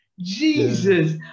Jesus